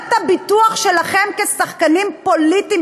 תעודת הביטוח שלכם כשחקנים פוליטיים